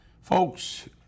Folks